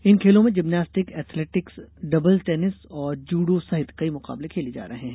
इन खेलो में gymnastic athletics doubles tennis और जूडो सहित कई मुकाबले खेले जा रहे है